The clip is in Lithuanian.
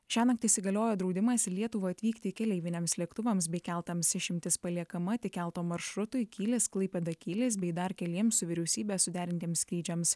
šiąnakt įsigaliojo draudimas į lietuvą atvykti keleiviniams lėktuvams bei keltams išimtis paliekama tik kelto maršrutui kylis klaipėda kylis bei dar keliems vyriausybės suderintiems skrydžiams